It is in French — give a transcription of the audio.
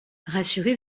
rassurez